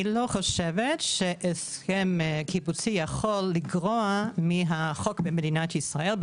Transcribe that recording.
אני לא חושב שהסכם קיבוצי יכול לגרוע מהחוק במדינת ישראל,